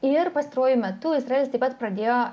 ir pastaruoju metu izraelis taip pat pradėjo